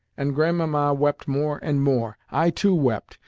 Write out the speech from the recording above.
and grandmamma wept more and more. i too wept,